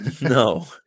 No